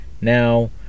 Now